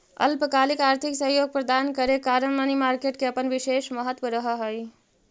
अल्पकालिक आर्थिक सहयोग प्रदान करे कारण मनी मार्केट के अपन विशेष महत्व रहऽ हइ